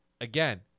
again